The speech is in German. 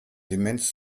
demenz